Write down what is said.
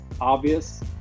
Obvious